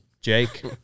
Jake